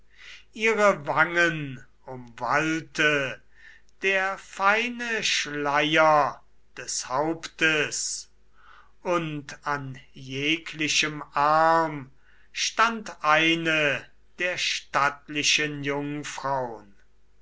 ihre wangen umwallte der feine schleier des hauptes und an jeglichem arm stand eine der stattlichen jungfraun